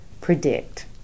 predict